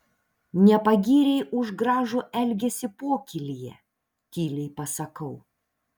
nepagyrei už gražų elgesį pokylyje tyliai pasakau